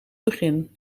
begin